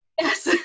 Yes